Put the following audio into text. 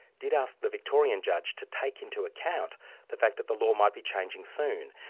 did ask the victorian judge to take into account the fact that the law might be changing soon,